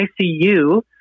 ICU